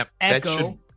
Echo